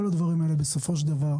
כל הדברים האלה בסופו של דבר,